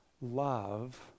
love